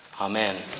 Amen